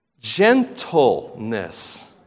gentleness